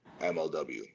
MLW